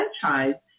franchise